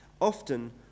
Often